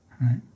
Right